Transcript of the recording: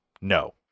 No